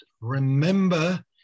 remember